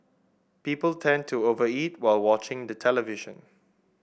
people tend to over eat while watching the television